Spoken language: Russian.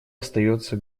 остается